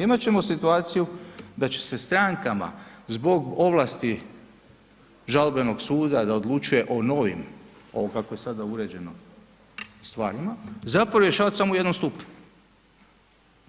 Imat ćemo situaciju da će se strankama zbog ovlasti žalbenog suda da odlučuje o novim, ovo kako je sada uređeno, stvarima zapravo rješavat samo u jednom stupnju